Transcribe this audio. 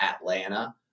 Atlanta